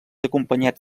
acompanyats